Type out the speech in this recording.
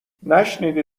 نشنیدی